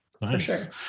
Nice